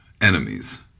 enemies